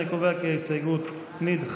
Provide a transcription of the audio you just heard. אני קובע כי ההסתייגות נדחתה.